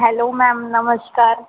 hello ma'am नमस्कार